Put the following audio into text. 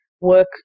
work